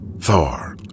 Thor